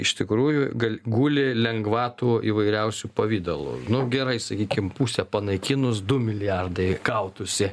iš tikrųjų gal guli lengvatų įvairiausiu pavidalu nu gerai sakykim pusę panaikinus du milijardai gautųsi